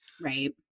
Right